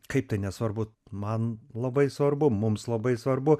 kaip tai nesvarbu man labai svarbu mums labai svarbu